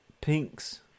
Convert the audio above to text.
pinks